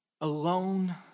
alone